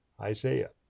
Isaiah